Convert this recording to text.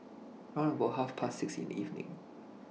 round about Half Past six in The evening